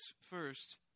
first